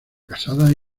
casada